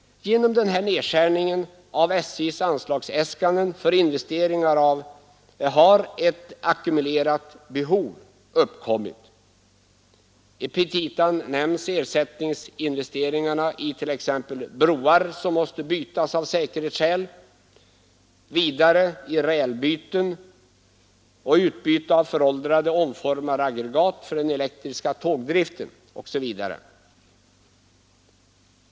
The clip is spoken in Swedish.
Genom denna nedskärning av SJ:s anslagsäskanden för investeringar har ett ackumulerat behov uppkommit. I petita nämns ersättningsinvesteringarna i t.ex. broar som måste bytas av säkerhetsskäl, vidare i rälsbyten och utbyte av föråldrade omformaraggregat för den elektriska tågdriften.